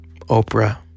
Oprah